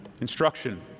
instruction